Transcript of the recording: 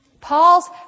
Paul's